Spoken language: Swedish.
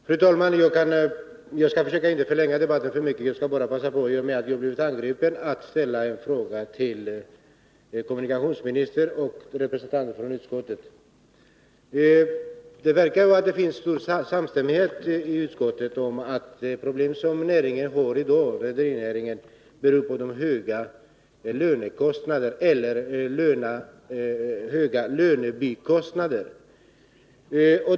Fru talman! Jag skall inte mycket förlänga debatten. Jag skall bara passa på, i och med att jag har blivit angripen, att ställa en fråga till kommunikationsministern och representanten för utskottet. Det verkar som om det är stor samstämmighet i utskottet om att de problem som rederinäringen i dag har beror på de höga lönebikostnaderna.